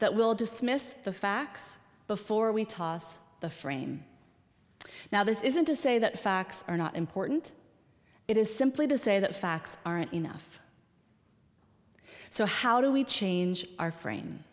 that will dismiss the facts before we toss the frame now this isn't to say that facts are not important it is simply to say that facts aren't enough so how do we change our frame